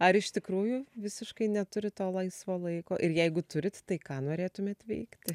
ar iš tikrųjų visiškai neturit to laisvo laiko ir jeigu turit tai ką norėtumėt veikti